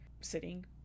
sitting